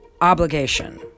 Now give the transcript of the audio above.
obligation